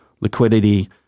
liquidity